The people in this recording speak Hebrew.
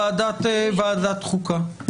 ועדת החוקה.